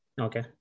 Okay